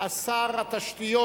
את שר התשתיות.